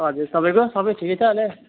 हजुर तपाईँको सबै ठिकै छ अनि